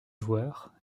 joueur